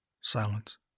Silence